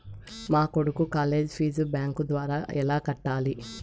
మా కొడుకు college fee bank ద్వారా ఎలా కట్టాలి?